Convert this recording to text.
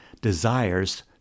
desires